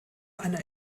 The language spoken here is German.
einer